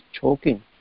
choking